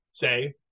say